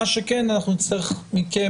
נצטרך מכם,